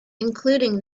including